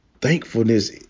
Thankfulness